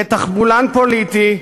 כתחבולן פוליטי,